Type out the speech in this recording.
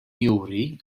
juri